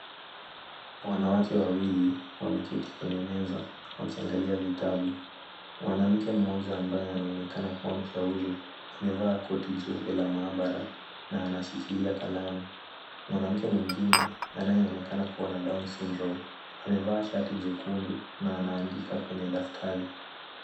Wanawake wawili wameketi kwenye meza wakiangalia vitabu. Mwanamke mmoja ambaye anaonekana kuwa mshauri, amevaa koti jeupe la maabara na anashikilia kalamu. Mwanamke mwingine anayeonekana kuwa na down syndrome amevaa shati jekundu na anaandika kwenye daftari.